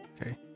okay